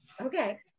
Okay